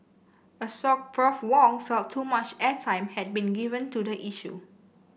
Assoc Prof Wong felt too much airtime had been given to the issue